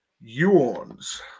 yawns